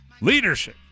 Leadership